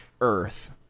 earth